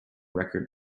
record